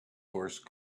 horse